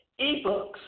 Ebooks